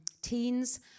teens